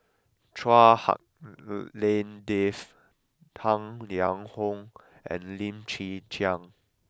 Chua Hak Lien Dave Tang Liang Hong and Lim Chwee Chian